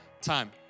time